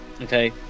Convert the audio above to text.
Okay